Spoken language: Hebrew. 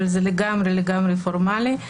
אבל זה לגמרי לגמרי פורמלי.